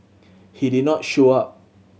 he did not show up